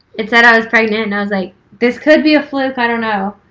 it said i was pregnant and i was like, this could be a fluke. i don't know.